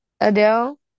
Adele